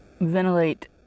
Ventilate